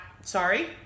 sorry